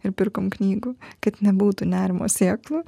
ir pirkom knygų kad nebūtų nerimo sėklų